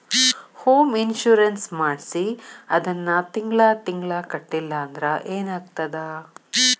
Home insurance ಮಾಡ್ಸಿ ಅದನ್ನ ತಿಂಗ್ಳಾ ತಿಂಗ್ಳಾ ಕಟ್ಲಿಲ್ಲಾಂದ್ರ ಏನಾಗ್ತದ?